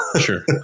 Sure